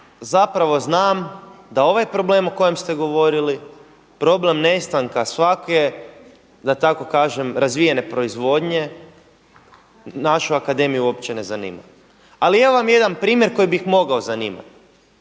zapravo znam da ovaj problem o kojem ste govorili problem nestanka svake da tako kažem razvijene proizvodnje našu akademiju uopće ne zanima. Ali evo vam jedan primjer koji bi mogao zanimati.